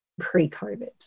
pre-COVID